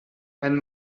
mein